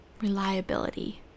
reliability